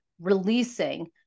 releasing